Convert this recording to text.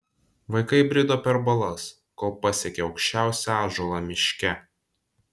vaikai brido per balas kol pasiekė aukščiausią ąžuolą miške